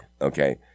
Okay